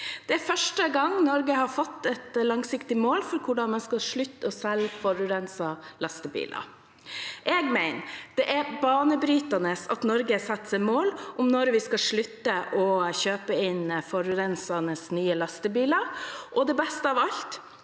Det er første gang Norge har fått et langsiktig mål om å slutte å selge forurensende lastebiler. Jeg mener det er banebrytende at Norge setter seg mål om når vi skal slutte å kjøpe inn forurensende, nye lastebiler – og det beste av alt: